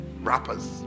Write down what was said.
rappers